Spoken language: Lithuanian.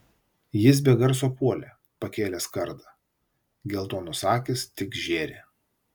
jis be garso puolė pakėlęs kardą geltonos akys tik žėri